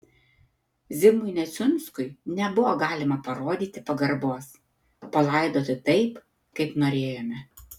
zigmui neciunskui nebuvo galima parodyti pagarbos palaidoti taip kaip norėjome